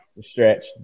Stretch